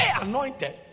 anointed